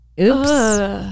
oops